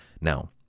Now